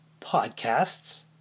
Podcasts